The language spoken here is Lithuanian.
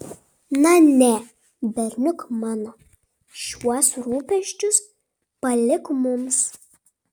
na ne berniuk mano šiuos rūpesčius palik mums